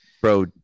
Bro